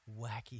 wacky